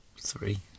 Three